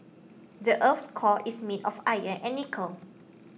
the earth's core is made of iron and nickel